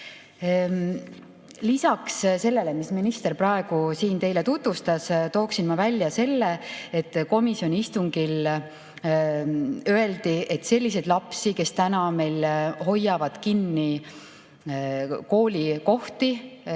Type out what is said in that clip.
Lisaks sellele, mida minister praegu siin teile tutvustas, tooksin välja, et komisjoni istungil öeldi, et selliseid lapsi, kes meil hoiavad kinni koolikohti,